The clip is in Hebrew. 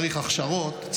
צריך הכשרות,